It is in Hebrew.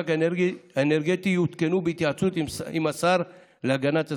האנרגטי יותקנו בהתייעצות עם השר להגנת הסביבה.